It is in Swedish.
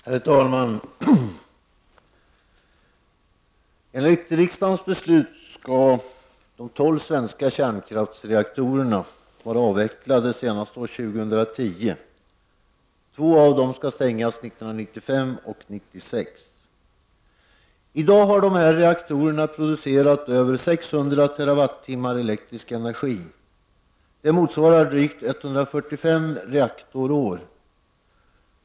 Herr talman! Enligt riksdagens beslut skall de tolv svenska kärnkraftsreaktorerna vara avvecklade senaste år 2010. Två av dem skall stängas 1995 och 1996. I dag har dessa reaktorer producerat över 600 TWh elektrisk energi. Det motsvarar drygt 145 reaktorår.